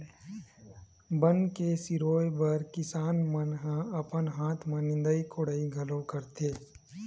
बन के सिरोय बर किसान मन ह अपन हाथ म निंदई कोड़ई घलो करथे